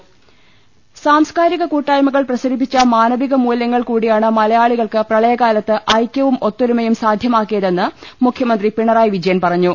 രുട്ട്ട്ട്ട്ട്ട്ട്ട്ട്ട്ട സാംസ്കാരിക കൂട്ടായ്മകൾ പ്രസരിപ്പിച്ച മാനവിക മൂല്യങ്ങൾ കൂടി യാണ് മലയാളികൾക്ക് പ്രളയകാലത്ത് ഐക്യവും ഒത്തൊരുമയും സാധ്യ മാക്കിയതെന്ന് മുഖ്യമന്ത്രി പിണറായി വിജയൻ പറഞ്ഞു